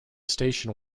station